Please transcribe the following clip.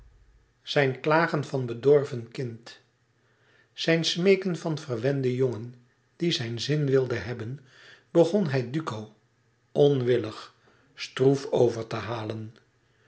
zijn klagen van bedorven kind zijn smeeken van verwende jongen die zijn zin wilde hebben begon hij duco onwillig stroef over te halen